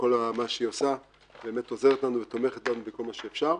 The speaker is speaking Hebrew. היא עוזרת לנו ותומכת בנו בכל מה שאפשר.